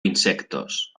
insectos